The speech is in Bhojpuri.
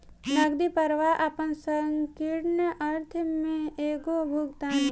नगदी प्रवाह आपना संकीर्ण अर्थ में एगो भुगतान ह